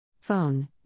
Phone